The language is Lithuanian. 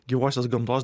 gyvosios gamtos